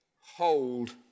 hold